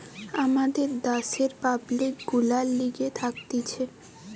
আমাদের দ্যাশের পাবলিক গুলার লিগে থাকতিছে